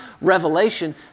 revelation